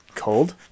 cold